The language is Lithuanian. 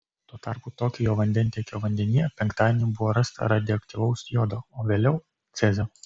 tuo tarpu tokijo vandentiekio vandenyje penktadienį buvo rasta radioaktyvaus jodo o vėliau cezio